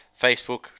Facebook